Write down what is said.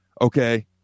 Okay